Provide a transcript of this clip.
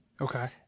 Okay